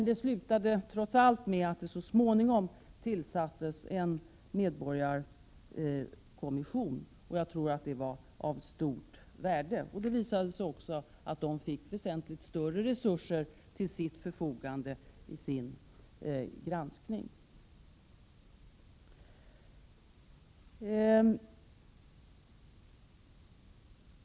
Det slutade trots allt med att det så småningom tillsattes en medborgarkommission. Jag tror att det var av stort värde. Det visade sig också att kommissionen fick väsentligt större resurser till sitt förfogande i sin granskning.